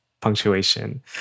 punctuation